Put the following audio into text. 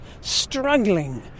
struggling